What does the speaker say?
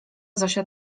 zosia